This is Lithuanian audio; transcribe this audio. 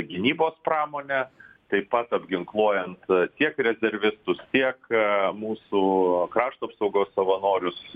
gynybos pramonę taip pat apginkluojant tiek rezervistus tiek mūsų krašto apsaugos savanorius